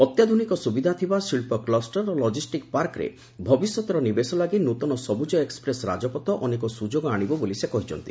ଅତ୍ୟାଧୁନିକ ସୁବିଧା ଥିବା ଶିଳ୍ପ କ୍ଲୁଷ୍ଟର ଓ ଲଜିଷ୍ଟିକ୍ ପାର୍କରେ ଭବିଷ୍ୟତର ନିବେଶ ଲାଗି ନୃତନ ସବୁଜ ଏକ୍ସପ୍ରେସ୍ ରାଜପଥ ଅନେକ ସୁଯୋଗ ଆଣିବ ବୋଲି ସେ କହିଛନ୍ତି